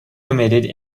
permitted